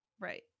Right